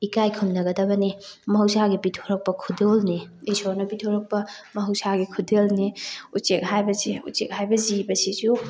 ꯏꯀꯥꯏꯈꯨꯝꯅꯒꯗꯅꯤ ꯃꯍꯧꯁꯥꯒꯤ ꯄꯤꯊꯣꯔꯛꯄ ꯈꯨꯗꯣꯜꯅꯤ ꯏꯁꯣꯔꯅ ꯄꯤꯊꯣꯔꯛꯄ ꯃꯍꯧꯁꯥꯒꯤ ꯈꯨꯗꯣꯜꯅꯤ ꯎꯆꯦꯛ ꯍꯥꯏꯕꯁꯤ ꯎꯆꯦꯛ ꯍꯥꯏꯕ ꯖꯤꯕꯁꯤꯁꯨ